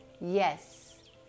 yes